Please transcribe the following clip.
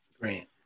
Great